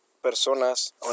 personas